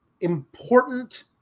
important